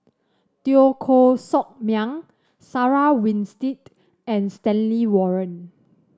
Teo Koh Sock Miang Sarah Winstedt and Stanley Warren